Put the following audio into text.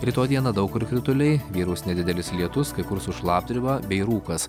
rytoj dieną daug kur krituliai vyraus nedidelis lietus kai kur su šlapdriba bei rūkas